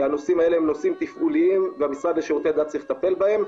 והנושאים האלה הם נושאים תפעוליים והמשרד לשירותי דת צריך לטפל בהם.